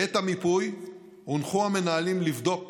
בעת המיפוי הונחו המנהלים לבדוק